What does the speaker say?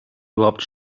überhaupt